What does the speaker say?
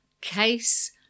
case